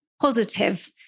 positive